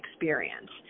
experience